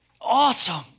awesome